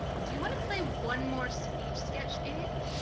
do you want to play one more speed sketch game